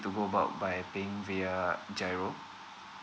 to go about by paying via G_I_R_O